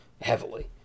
heavily